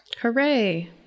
Hooray